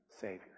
Savior